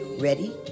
Ready